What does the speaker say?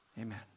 Amen